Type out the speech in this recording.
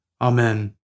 Amen